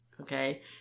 okay